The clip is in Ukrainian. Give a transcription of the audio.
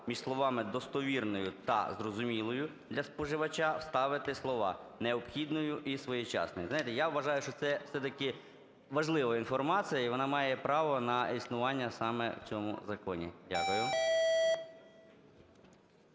між словами "достовірною" "та зрозумілою для споживача" вставити слова: "необхідною і своєчасною". Знаєте, я вважаю, що це все-таки важлива інформація, і вона має право на існування саме в цьому законі. Дякую.